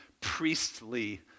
priestly